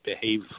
behave